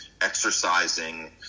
exercising